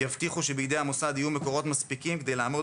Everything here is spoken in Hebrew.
יבטיחו שבידי המוסד יהיו מקורות מספיקים כדי לעמוד